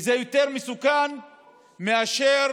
וזה יותר מסוכן מאשר